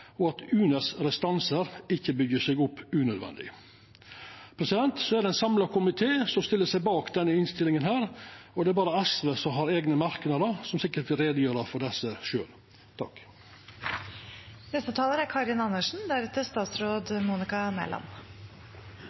og at UNEs restansar ikkje byggjer seg opp unødvendig. Det er ein samla komité som stiller seg bak innstillinga. Det er berre SV som har eigne merknadar, og dei vil sikkert gjera greie for desse sjølve. Det er nødvendig med disse endringene, så det er